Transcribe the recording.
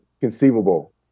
conceivable